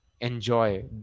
enjoy